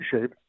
shape